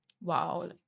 Wow